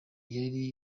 yari